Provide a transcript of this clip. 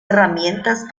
herramientas